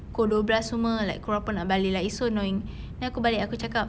pukul dua belas semua like pukul berapa nak balik like it's so annoying then aku balik aku cakap